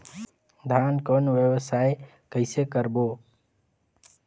धान कौन व्यवसाय कइसे करबो?